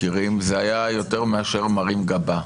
מכירים זה היה יותר מאשר מרים גבה?